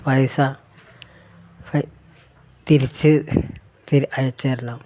പൈസ തിരിച്ച് അയച്ച് തരണം